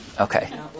Okay